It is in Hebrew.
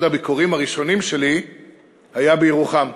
אחד הביקורים הראשונים שלי היה בירוחם.